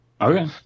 Okay